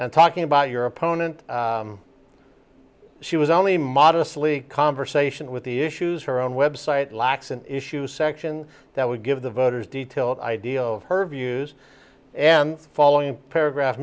and talking about your opponent she was only modestly conversation with the issues her own website lacks an issue section that would give the voters detailed idea of her views and following paragraph